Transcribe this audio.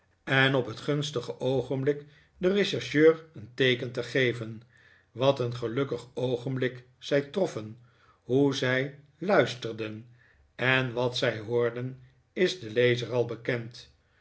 en op het gunstige oogenblik den rechercheur een teeken te geven wat een gelukkig oogenblik zij troffen hoe zij luisterden en wat zij hoorden is den lezer al bekend